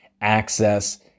access